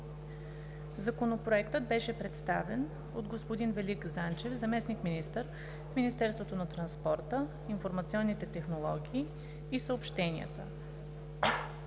Законопроектът беше представен от господин Велик Занчев – заместник-министър в Министерството на транспорта, информационните технологии и съобщенията.